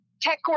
tech